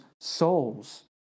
souls